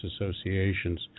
associations